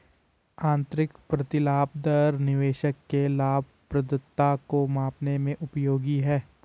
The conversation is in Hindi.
आंतरिक प्रतिलाभ दर निवेशक के लाभप्रदता को मापने में उपयोगी है